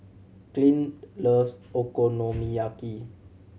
Clint loves Okonomiyaki